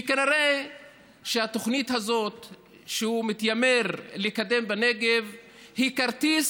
וכנראה התוכנית הזאת שהוא מתיימר לקדם בנגב היא כרטיס